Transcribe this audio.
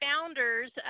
founders